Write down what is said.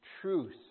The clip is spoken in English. truth